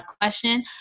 question